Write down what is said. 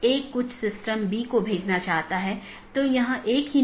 वोह इसको यह ड्रॉप या ब्लॉक कर सकता है एक पारगमन AS भी होता है